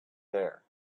there